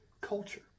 culture